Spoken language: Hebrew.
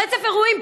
רצף אירועים,